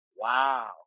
Wow